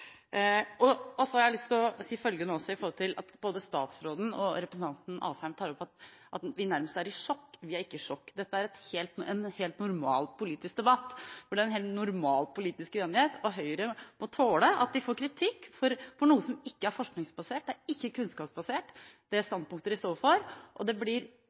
og grønt. Så har jeg lyst til å si følgende også, med henblikk på at både statsråden og representanten Asheim tar opp at vi nærmest er i sjokk: Vi er ikke i sjokk. Dette er en helt normal politisk debatt, hvor det er en helt normal politisk uenighet. Høyre må tåle at de får kritikk for noe som ikke er forskningsbasert. Det er ikke kunnskapsbasert, det standpunktet de står for. Og det blir